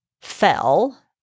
fell